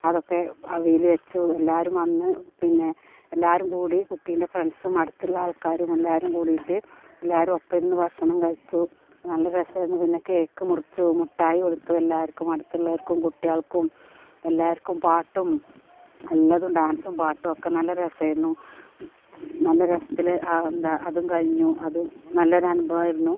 അതൊക്കെ അവിയല് വച്ചു എല്ലാവരും വന്നു പിന്നെ എല്ലാവരുംകൂടി കുട്ടീൻറ്റെ ഫ്രണ്ട്സും അടുത്തുള്ളാൾക്കാരും എല്ലാവരും കൂടിയിട്ട് എല്ലാവരും ഒപ്പമിരുന്ന് ഭഷണം കഴിച്ചു നല്ല രസമായിരുന്നു പിന്നെ കേക്ക് മുറിച്ചു മുട്ടായി കൊടുത്തു എല്ലാവർക്കും അടുത്തുള്ളവർക്കും കുട്ടികൾക്കും എല്ലാവർക്കും പാട്ടും എല്ലാതും ഡാൻസും പാട്ടും ഒക്കെ നല്ല രസമായിരുന്നു നല്ല രസത്തില് എന്താണ് അതും കഴിഞ്ഞു അതും നല്ലൊരനുഭവമായിരുന്നു